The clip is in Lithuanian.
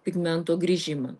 pigmento grįžimą